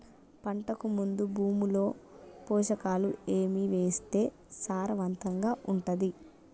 పంటకు ముందు భూమిలో పోషకాలు ఏవి వేస్తే సారవంతంగా ఉంటది?